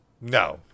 No